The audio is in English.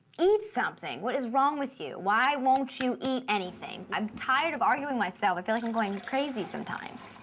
eat something. what is wrong with you? why won't you eat anything? i'm tired of arguing with myself. i feel like i'm going crazy sometimes.